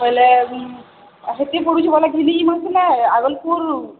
ବେଲେ ହେତ୍କି ପଡ଼ୁଛେ ବେଲେ ଘିନି ଯିମା ସିନେ ଆଗଲ୍ପୁର